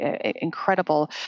incredible